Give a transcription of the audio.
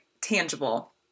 tangible